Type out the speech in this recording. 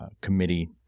committee